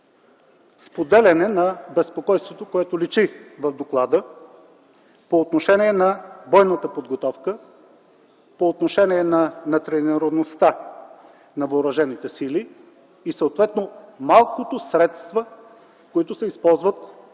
споделяне на безпокойството, което личи в доклада по отношение на бойната подготовка, по отношение на тренираността на въоръжените сили и съответно малкото средства, които се използват по